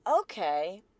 okay